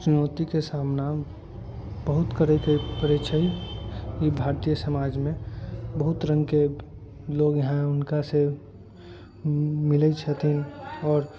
चुनौतीके सामना बहुत करैके पड़ै छै भारतीय समाजमे बहुत रंगके लोग यहाँ हुनकासँ मिलै छथिन आओर